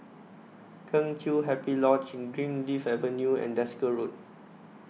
Kheng Chiu Happy Lodge Greenleaf Avenue and Desker Road